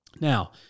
Now